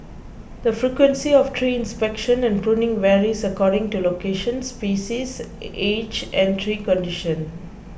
the frequency of tree inspection and pruning varies according to location species age and tree condition